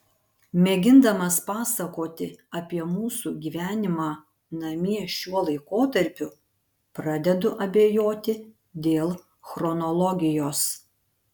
mėgindamas pasakoti apie mūsų gyvenimą namie šiuo laikotarpiu pradedu abejoti dėl chronologijos